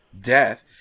death